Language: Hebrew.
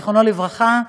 זיכרונו לברכה,